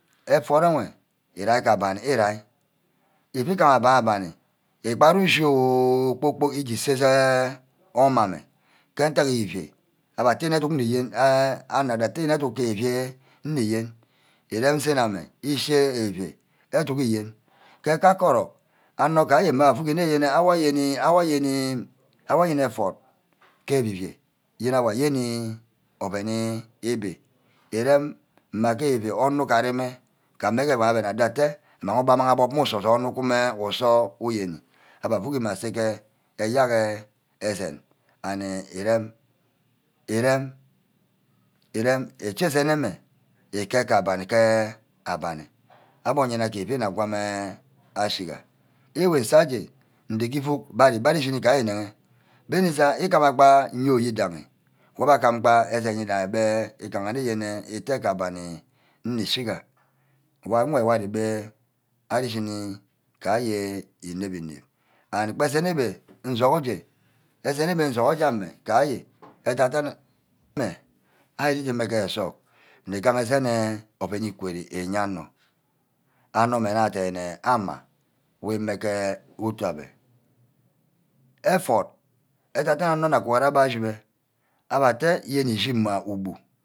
Evort ewe erai ke abeni eraí. iuu ke abani abani igbad ushi oh kpor-kpork uju usay ke omor amme ke ntack evi-vai abe atte aduck nniyen. abbe asotte educk ke evi-vai nnuyen irem sen ame ishi ke evi-vai educk iyene ke ka-ke orock. anor gaje auuck nne yene awor ayene. awor ayeni mme oven igbi. írem mma ke evi-vai onor ugari mme. ugameh wor abbe ador wor atte mmang uba agbob mme usoh. ye anor wen mme usoh uyene. abbe auume ase ke ayack esen and erem. erem. erem eche esen eme uket ke abaní. íket kee abani. ke abani. abe oyina ke evivai nna gwan achiga. iwe sa aje ndege îuug mbere-mbere ari-shineh ineghe. bene igama gba iyoni wídahe mme abe agam gba esen uwídahe ígane yene educk ke abani nníchiga. mme wor ari-chini gajee ínep-ínep and gbe esen ewe nŝoho aje esen ua usoho nje ame gha-aje agagana ari îreme ke esug nne ghahe esen enh oven equare iye anor. anor mme dene amah we íme ke obí-ama evort ededa onor nne guhore anor achime abe atte yene ishi mma obu